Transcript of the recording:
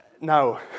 Now